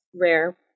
rare